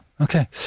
okay